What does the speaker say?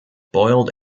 boiled